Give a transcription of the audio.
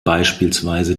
beispielsweise